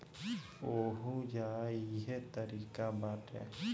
ओहुजा इहे तारिका बाटे